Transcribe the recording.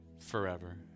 forever